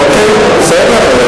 אוקיי, בסדר.